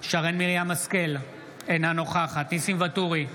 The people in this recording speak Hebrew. שרן מרים השכל, אינה נוכחת ניסים ואטורי,